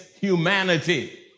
humanity